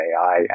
AI